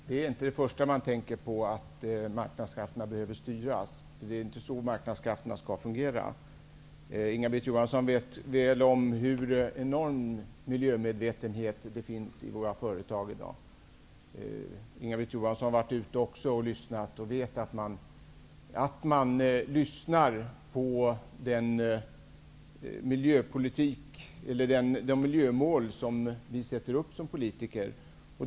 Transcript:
Herr talman! Att marknadskrafterna behöver styras är inte det första man tänker på. Det är inte så marknadskrafterna skall fungera. Inga-Britt Johansson vet mycket väl att miljömedvetenheten är enorm i våra företag i dag. Inga-Britt Johansson har också varit ute på företagen och vet att man lyssnar på de miljömål som vi politiker sätter upp.